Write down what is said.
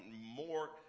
more